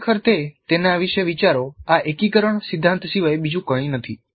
ખરેખર તે તેના વિશે વિચારો આ એકીકરણ સિદ્ધાંત સિવાય બીજું કંઈ નથી